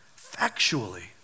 factually